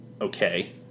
okay